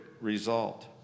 result